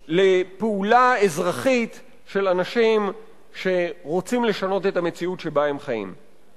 לפעולה אזרחית של אנשים שרוצים לשנות את המציאות שבה הם חיים.